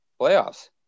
playoffs